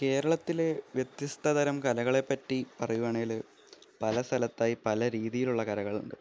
കേരളത്തിലെ വ്യത്യസ്ത തരം കലകളെ പറ്റി പറയുവാണേല് പല സ്ഥലത്തായി പല രീതിയിലുള്ള കലകളുണ്ട്